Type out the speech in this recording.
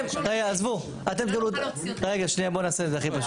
בואו נעשה את זה הכי פשוט,